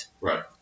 Right